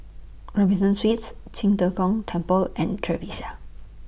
Robinson Suites Qing De Gong Temple and Trevista